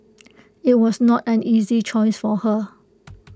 IT was not an easy choice for her